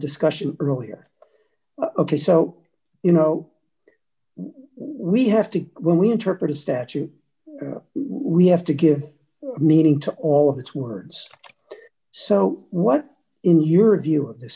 discussion earlier ok so you know we have to when we interpret a statute we have to give meaning to all of its words so what in your view of the